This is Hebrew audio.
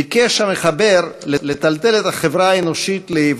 ביקש המחבר לטלטל את החברה האנושית לנוכח